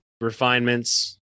refinements